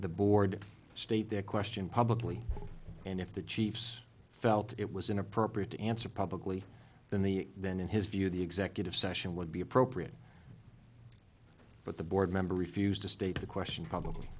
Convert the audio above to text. the board state their question publicly and if the chiefs felt it was inappropriate to answer publicly then the then in his view the executive session would be appropriate but the board member refused to state the question probably